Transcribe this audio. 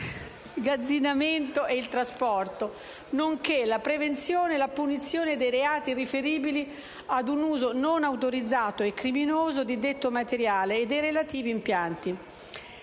l'immagazzinamento o il trasporto, nonché la prevenzione e la punizione dei reati riferibili ad un uso non autorizzato e criminoso di detto materiale e dei relativi impianti.